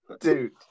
Dude